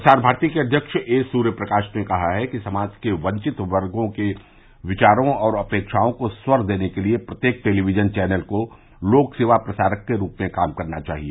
प्रसार भारती के अध्यक्ष ए सुर्य प्रकाश ने कहा है कि समाज के वंचित वर्गों के विचारों और अपेक्षाओं को स्वर देने के लिए प्रत्येक टेलीविजन चैनल को लोक सेवा प्रसारक के रूप में काम करना चाहिए